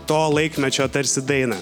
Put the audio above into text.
to laikmečio tarsi dainą